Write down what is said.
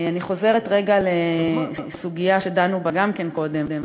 אני חוזרת רגע לסוגיה שדנו בה גם כן קודם,